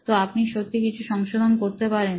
তো আপনি সত্যিই কিছু সংশোধন করতে পারবেন